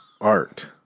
art